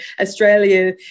Australia